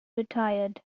retired